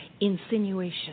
Insinuation